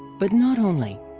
but not only.